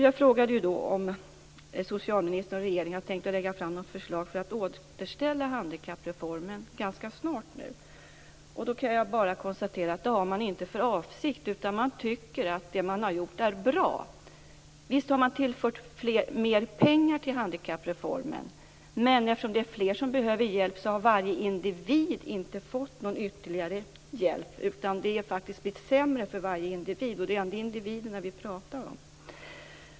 Jag frågade ju om socialministern och regeringen har tänkt lägga fram något förslag för att återställa handikappreformen ganska snart. Då kan jag bara konstatera att man inte har för avsikt att göra detta. Man tycker att det man har gjort är bra. Visst har man tillfört mer pengar till handikappreformen. Men eftersom det är fler som behöver hjälp har inte varje individ fått någon ytterligare hjälp. Det har faktiskt blivit sämre för varje individ. Och det är ändå individerna vi pratar om.